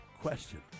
question